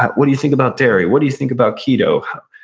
what do you think about dairy, what do you think about keto.